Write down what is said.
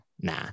nah